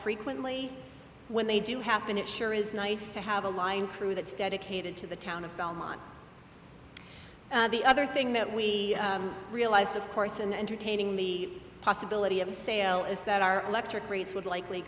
frequently when they do happen it sure is nice to have a line crew that's dedicated to the town of belmont the other thing that we realized of course and entertaining the possibility of a sale is that our electric rates would likely